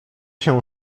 się